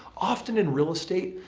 often in real estate,